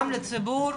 גם לציבור